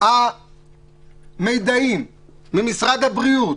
המידעים ממשרד הבריאות,